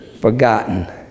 forgotten